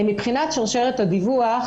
מבחינת שרשרת הדיווח,